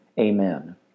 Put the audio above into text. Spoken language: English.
Amen